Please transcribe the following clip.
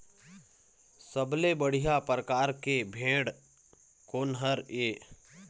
सबले बढ़िया परकार के भेड़ कोन हर ये?